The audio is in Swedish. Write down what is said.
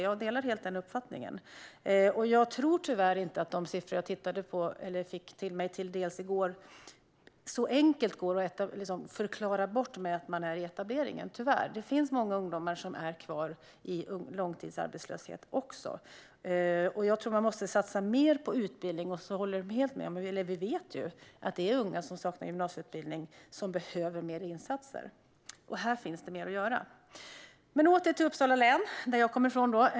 Men tyvärr går det nog inte att bortförklara de siffror jag såg i går med att man är i etableringen. Många unga är kvar i långtidsarbetslöshet. Jag tror att vi måste satsa mer på utbildning, och vi vet att de unga som saknar gymnasieutbildning behöver mer insatser. Här finns mer att göra. Åter till mitt hemlän Uppsala.